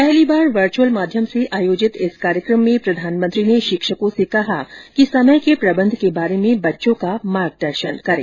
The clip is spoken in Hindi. पहली बार वर्च्अल माध्यम से आयोजित इस कार्यक्रम में प्रधानमंत्री ने शिक्षकों से कहा कि समय के प्रबंध के बारे में बच्चों का मार्गदर्शन करें